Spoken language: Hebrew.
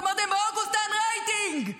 אמרתי: באוגוסט אין רייטינג,